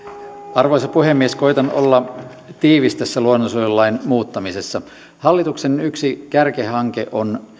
arvoisa rouva puhemies koetan olla tiivis tässä luonnonsuojelulain muuttamisessa hallituksen yksi kärkihanke on